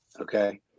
Okay